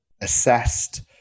assessed